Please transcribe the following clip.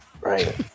right